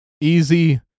easy